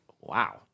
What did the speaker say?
wow